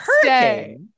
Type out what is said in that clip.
stay